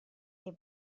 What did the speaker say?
dei